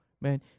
Man